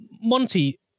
Monty